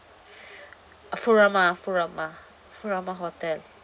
furama furama furama hotel